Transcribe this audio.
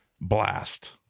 blast